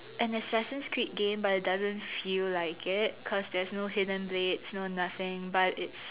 an Assassin's Creed game but it doesn't feel like it cause there's no hidden blades no nothing but it's